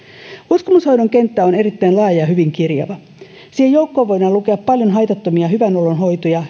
uskomushoidon kenttä on erittäin laaja ja hyvin kirjava siihen joukkoon voidaan lukea paljon haitattomia hyvänolonhoitoja